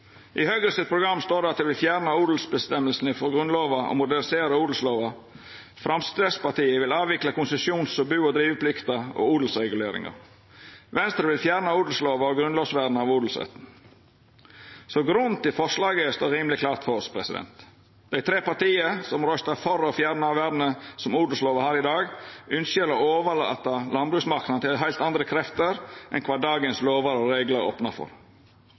I Høgres program står det at dei vil: «Fjerne odelsbestemmelsen fra Grunnloven og modernisere odelsloven.» Framstegspartiet vil avvikla konsesjons-, bu- og driveplikta og odelsreguleringa. Venstre vil fjerna odelslova og grunnlovsvernet av odelsretten. Så grunnen til forslaget står rimeleg klart for oss. Dei tre partia som røystar for å fjerna vernet som odelslova har i dag, ynskjer å overlata landbruksmarknaden til heilt andre krefter enn kva dagens lover og reglar opnar for.